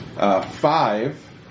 Five